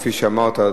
כפי שאמרת,